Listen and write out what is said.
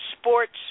sports